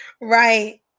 Right